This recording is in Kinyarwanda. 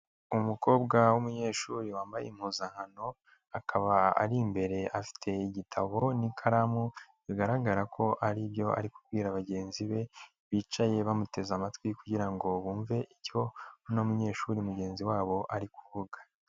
Umukobwa wumunyeshuri wambaye impuzankano, akaba ari imbere afite igitabo n'ikaramu, bigaragara ko aribyo ari kubwira bagenzi be bicaye bamuteze amatwi kugira ngo bumve icyo munyeshuri mugenzi wabo ari kuvuga.